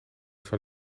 van